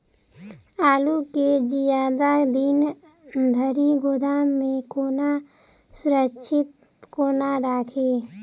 आलु केँ जियादा दिन धरि गोदाम मे कोना सुरक्षित कोना राखि?